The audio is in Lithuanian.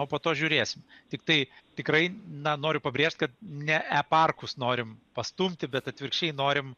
o po to žiūrėsim tiktai tikrai noriu na pabrėžt kad ne e parkus norim pastumti bet atvirkščiai norim